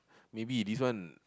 maybe this one